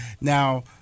now